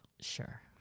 sure